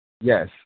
Yes